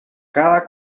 cada